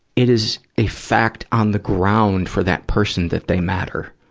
it is a fact on the ground for that person that they matter.